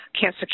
Cancer